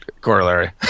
Corollary